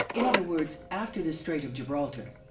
in other words after the strait of gibraltar,